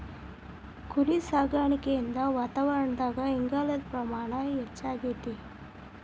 ಕುರಿಸಾಕಾಣಿಕೆಯಿಂದ ವಾತಾವರಣದಾಗ ಇಂಗಾಲದ ಪ್ರಮಾಣ ಹೆಚ್ಚಆಗ್ತೇತಿ